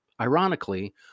Ironically